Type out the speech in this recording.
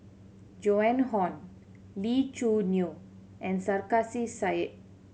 Joan Hon Lee Choo Neo and Sarkasi Said